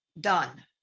done